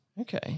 Okay